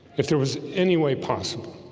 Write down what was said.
if there was any way possible